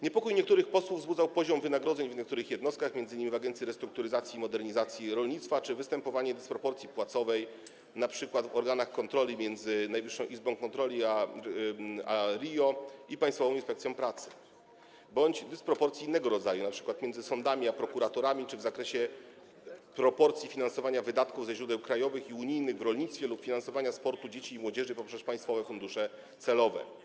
Niepokój niektórych posłów wzbudzał poziom wynagrodzeń w niektórych jednostkach, m.in. w Agencji Restrukturyzacji i Modernizacji Rolnictwa, czy występowanie dysproporcji płacowych, np. w organach kontroli między Najwyższą Izbą Kontroli a RIO i Państwową Inspekcją Pracy, bądź dysproporcji innego rodzaju, np. między sądami a prokuraturami, czy w zakresie proporcji finansowania wydatków ze źródeł krajowych i unijnych w rolnictwie lub finansowania sportu dzieci i młodzieży poprzez państwowe fundusze celowe.